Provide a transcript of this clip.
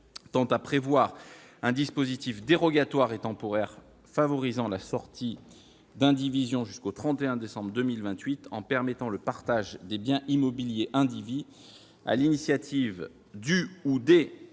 tend à prévoir un dispositif dérogatoire et temporaire favorisant les sorties d'indivision jusqu'au 31 décembre 2028, en permettant le partage des biens immobiliers indivis sur l'initiative du ou des